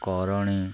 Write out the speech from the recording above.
Karni